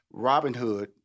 Robinhood